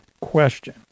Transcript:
question